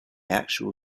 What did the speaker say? actual